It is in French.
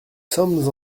sommes